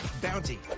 Bounty